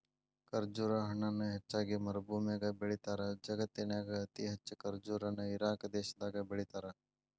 ಖರ್ಜುರ ಹಣ್ಣನ ಹೆಚ್ಚಾಗಿ ಮರಭೂಮ್ಯಾಗ ಬೆಳೇತಾರ, ಜಗತ್ತಿನ್ಯಾಗ ಅತಿ ಹೆಚ್ಚ್ ಖರ್ಜುರ ನ ಇರಾಕ್ ದೇಶದಾಗ ಬೆಳೇತಾರ